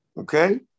okay